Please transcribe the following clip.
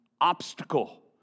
obstacle